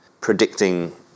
predicting